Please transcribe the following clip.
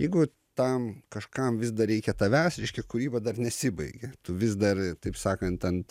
jeigu tam kažkam vis dar reikia tavęs reiškia kūryba dar nesibaigia tu vis dar taip sakant ant